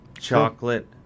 chocolate